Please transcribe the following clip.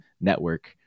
network